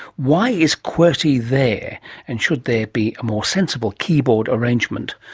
why is qwerty there and should there be a more sensible keyboard arrangement?